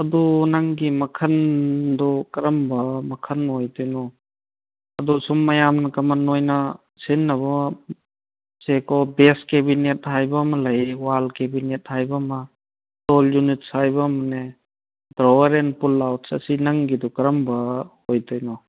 ꯑꯗꯣ ꯅꯪꯒꯤ ꯃꯈꯟꯗꯣ ꯀꯔꯝꯕ ꯃꯈꯟ ꯑꯣꯏꯗꯣꯏꯅꯣ ꯑꯗꯨ ꯁꯨꯝ ꯃꯌꯥꯝꯅ ꯀꯃꯟ ꯑꯣꯏꯅ ꯁꯤꯖꯤꯟꯅꯕ ꯁꯦ ꯀꯣ ꯕꯦꯛꯁ ꯀꯦꯕꯤꯅꯦꯠ ꯍꯥꯏꯕ ꯑꯃ ꯂꯩ ꯋꯥꯜ ꯀꯦꯕꯤꯅꯦꯠ ꯍꯥꯏꯕ ꯑꯃ ꯌꯨꯅꯤꯠ ꯍꯥꯏꯕ ꯑꯃꯅꯦ ꯇꯥꯋꯔ ꯑꯦꯟ ꯄꯨꯜ ꯑꯥꯎ ꯑꯁꯤ ꯅꯪꯒꯤꯗꯨ ꯀꯔꯝꯕ ꯑꯣꯏꯗꯣꯏꯅꯣ